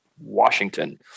Washington